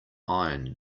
iron